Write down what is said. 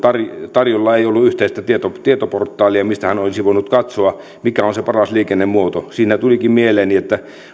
tarjolla ei ollut yhteistä tietoportaalia mistä hän olisi voinut katsoa mikä on se paras liikennemuoto siinä tulikin mieleeni